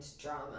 drama